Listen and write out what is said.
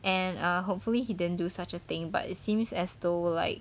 and err hopefully he didn't do such a thing but it seems as though like